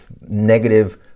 negative